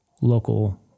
local